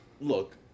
Look